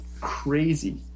crazy